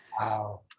Wow